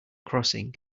crossing